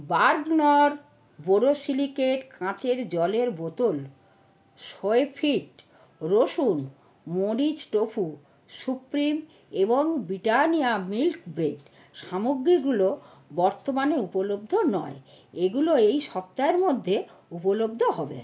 Bergner borosilicate কাঁচের জলের বোতল সোয়ফিট রসুন মরিচ টোফু সুপ্রিম এবং ব্রিটানিয়া মিল্ক ব্রেড সামগ্রীগুলো বর্তমানে উপলব্ধ নয় এগুলো এই সপ্তাহের মধ্যে উপলব্ধ হবে